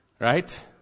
Right